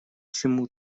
чему